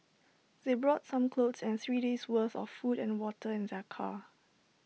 they brought some clothes and three days' worth of food and water in their car